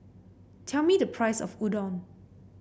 tell me the price of Udon